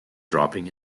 dropping